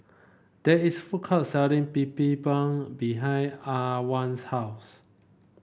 there is food court selling Bibimbap behind Antwan's house